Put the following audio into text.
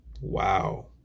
Wow